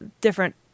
different